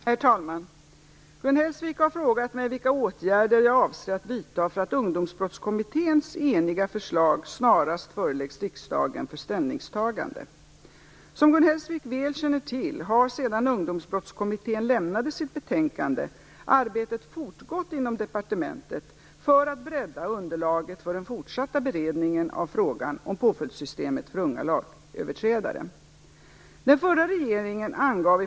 Herr talman! Gun Hellsvik har frågat mig vilka åtgärder jag avser att vidta för att Ungdomsbrottskommitténs eniga förslag snarast föreläggs riksdagen för ställningstagande. Som Gun Hellsvik väl känner till har, sedan Ungdomsbrottskommittén lämnade sitt betänkande, arbetet fortgått inom departementet för att bredda underlaget för den fortsatta beredningen av frågan om påföljdssystemet för unga lagöverträdare.